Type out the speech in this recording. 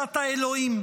שאתה אלוהים.